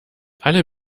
alle